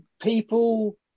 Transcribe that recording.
people